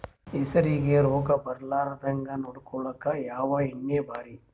ಹೆಸರಿಗಿ ರೋಗ ಬರಲಾರದಂಗ ನೊಡಕೊಳುಕ ಯಾವ ಎಣ್ಣಿ ಭಾರಿ?